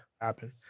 happen